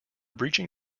breaching